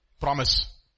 Promise